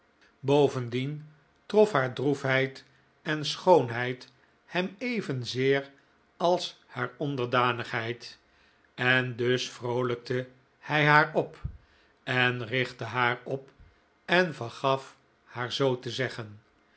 bovendien trof haar droef heid en schoonheid hem evenzeer als haar onderdanigheid en dus vroolijkte hij haar op en richtte haar op en vergaf haar zoo te zeggen